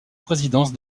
présidence